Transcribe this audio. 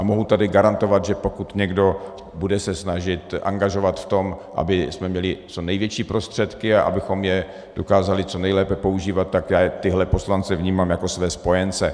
A mohu tady garantovat, že pokud se někdo bude snažit angažovat v tom, abychom měli co největší prostředky a abychom je dokázali co nejlépe používat, tak já tyhle poslance vnímám jako své spojence.